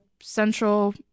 central